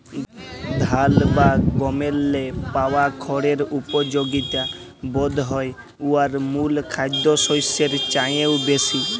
ধাল বা গমেল্লে পাওয়া খড়ের উপযগিতা বধহয় উয়ার মূল খাদ্যশস্যের চাঁয়েও বেশি